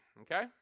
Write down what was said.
okay